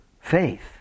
faith